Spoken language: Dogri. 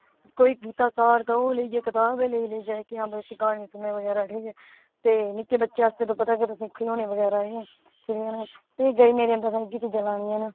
कोई गीता सार दा ओह् लेई आये किताव लेई आए के हां ते निक्के बच्चे आस्ते ते पता गै है तुसेगी खिलोने बगैरा ते में अंदर इये चीजां लैनियां ना